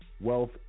wealth